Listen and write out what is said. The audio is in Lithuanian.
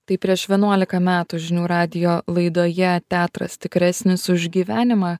taip prieš vienuolika metų žinių radijo laidoje teatras tikresnis už gyvenimą